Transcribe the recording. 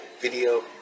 video